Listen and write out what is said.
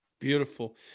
Beautiful